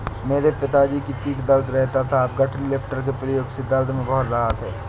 मेरे पिताजी की पीठ दर्द रहता था अब गठरी लिफ्टर के प्रयोग से दर्द में बहुत राहत हैं